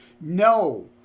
No